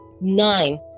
nine